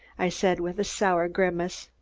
i said with a sour grimace.